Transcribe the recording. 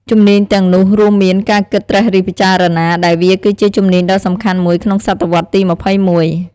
ជំនាញទាំងនោះរួមមាន ការគិតត្រិះរិះពិចារណា ដែលវាគឺជាជំនាញដ៏សំខាន់មួយក្នុងសតវត្សរ៍ទី២១។